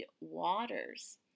waters